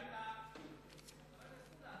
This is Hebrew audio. אתה מדבר גם בנושא,